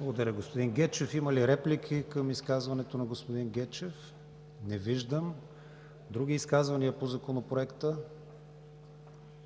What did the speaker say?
Благодаря Ви, господин Гечев. Има ли реплики към изказването на господин Гечев? Не виждам. Други изказвания по Законопроекта?